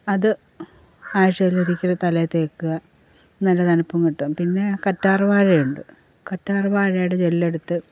അത് ആഴ്ചയിലൊരിക്കൽ തലയിൽ തേയ്ക്കുക നല്ല തണുപ്പും കിട്ടും പിന്നെ കറ്റാർവാഴയുണ്ട് കറ്റാർവാഴയുടെ ജെല്ലെടുത്ത്